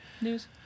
News